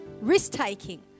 risk-taking